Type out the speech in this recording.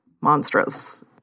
monstrous